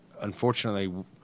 unfortunately